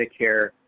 Medicare